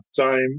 time